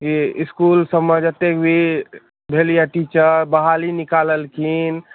ई school सभमे जते भी भेल यऽ टीचर बहाली निकाललखिन